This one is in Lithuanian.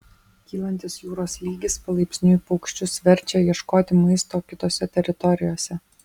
kylantis jūros lygis palaipsniui paukščius verčia ieškoti maisto kitose teritorijose